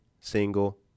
single